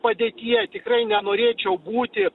padėtyje tikrai nenorėčiau būti